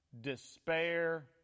despair